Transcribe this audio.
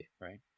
right